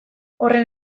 horren